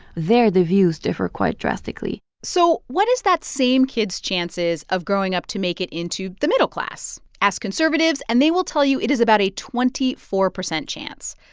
there the views differ quite drastically so what is that same kid's chances of growing up to make it into the middle class? ask conservatives, and they will tell you it is about a twenty four percent chance.